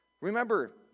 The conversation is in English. Remember